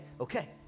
okay